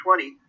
20